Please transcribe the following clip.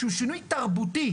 שהוא שינוי תרבותי,